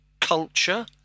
culture